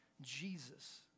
Jesus